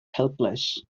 helpless